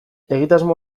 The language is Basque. egitasmo